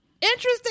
interesting